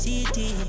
City